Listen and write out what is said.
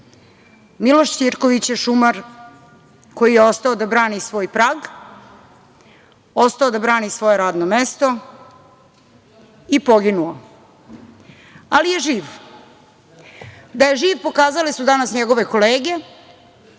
Ćirković je šumar koji je ostao da brani svoj prag, ostao da brani svoje radno mesto i poginuo, ali je živ. Da je živ pokazale su danas njegove kolege,